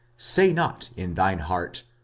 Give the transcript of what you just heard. say not in thine heart,